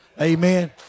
Amen